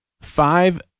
five